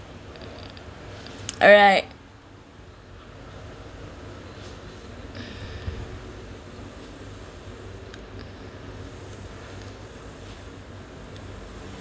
alright